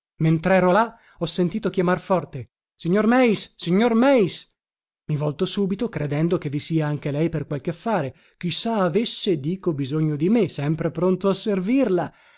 principale mentrero là ho sentito chiamar forte ignor eis ignor eis i volto subito credendo che vi sia anche lei per qualche affare chi sa avesse dico bisogno di me sempre pronto a servirla